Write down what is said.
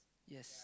yes